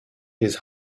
his